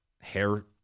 hair